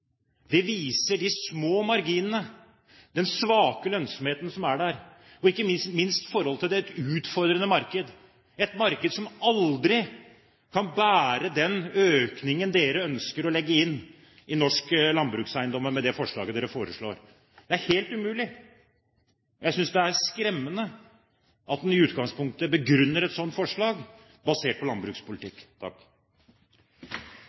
der, og ikke minst forholdet til et utfordrende marked, et marked som aldri kan bære den økningen dere ønsker å legge inn i norske landbrukseiendommer med det forslaget dere foreslår. Det er helt umulig. Og jeg synes det er skremmende at en i utgangspunktet begrunner et sånt forslag på